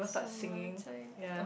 summer time oh